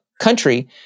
country